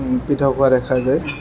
পৃথক হোৱা দেখা যায়